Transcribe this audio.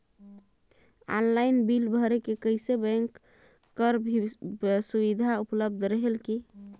Online bill भरे से कइसे बैंक कर भी सुविधा उपलब्ध रेहेल की?